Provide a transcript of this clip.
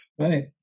Right